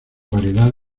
variedad